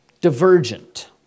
divergent